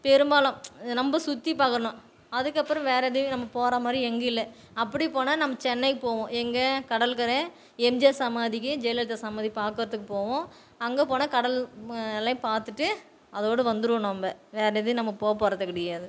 பெரும்பாலும் நம்ம சுற்றி பார்க்கணும் அதுக்கப்புறம் வேறே எதையும் நம்ம போகிறா மாதிரி எங்கேயும் இல்லை அப்படி போனால் நம்ம சென்னைக்குப் போவோம் எங்கே கடல்கரை எம்ஜிஆர் சமாதிக்கு ஜெயலலிதா சமாதியை பார்க்கறதுக்குப் போவோம் அங்கே போனால் கடல் அலையை பார்த்துட்டு அதோடு வந்துடுவோம் நம்ம வேறே எதையும் நம்ம போகப்போறது கிடையாது